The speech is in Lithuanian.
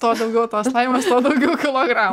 tuo daugiau tos laimės tuo daugiau kilogram